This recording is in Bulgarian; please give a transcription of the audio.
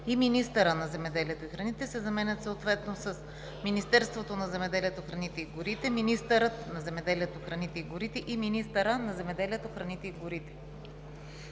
и „министъра на земеделието и храните“ се заменят съответно с „Министерството на земеделието, храните и горите“, „министърът на земеделието, храните и горите“ и „министъра на земеделието, храните и горите“.“